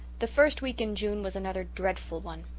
the first week in june was another dreadful one.